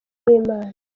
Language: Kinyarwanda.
nk’imana